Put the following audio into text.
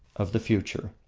of the future.